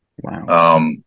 Wow